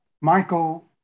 Michael